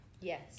Yes